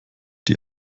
die